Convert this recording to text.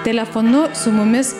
telefonu su mumis